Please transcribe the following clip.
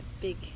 big